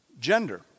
gender